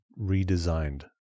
redesigned